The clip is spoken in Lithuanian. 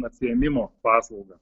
atsiėmimo paslaugą